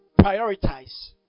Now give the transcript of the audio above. prioritize